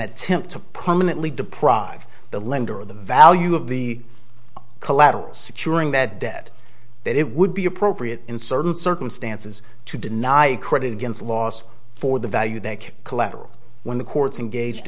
attempt to permanently deprive the lender of the value of the collateral securing that debt that it would be appropriate in certain circumstances to deny credit against loss for the value that collateral when the courts and gauged